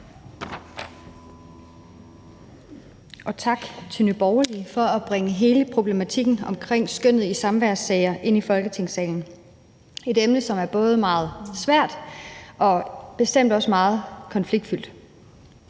og tak til Nye Borgerlige for at bringe hele problematikken omkring skønnet i samværssager ind i Folketingssalen, et emne, som både er meget svært og bestemt også meget konfliktfyldt,